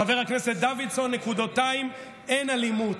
חבר הכנסת דוידסון: אין אלימות.